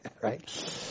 Right